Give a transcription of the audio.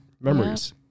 memories